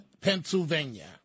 Pennsylvania